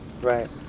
right